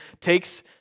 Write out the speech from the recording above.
takes